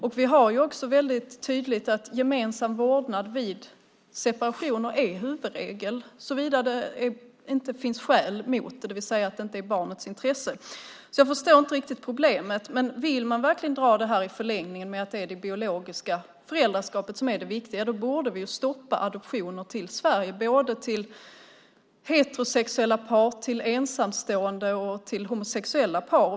Det är också tydligt att gemensam vårdnad vid separationer är huvudregel, såvida det inte finns skäl emot det, det vill säga om det inte är i barnets intresse, så jag förstår inte riktigt problemet. Vill man verkligen dra det här till att det i förlängningen är det biologiska föräldraskapet som är det viktiga, då borde adoptioner till Sverige stoppas till såväl heterosexuella som ensamstående och homosexuella par.